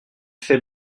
fait